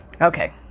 okay